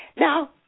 Now